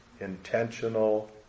intentional